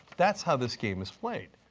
that is how this game is played,